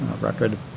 record